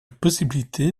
possibilité